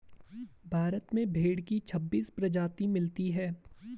भारत में भेड़ की छब्बीस प्रजाति मिलती है